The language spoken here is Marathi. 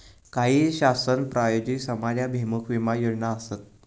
काही शासन प्रायोजित समाजाभिमुख विमा योजना आसत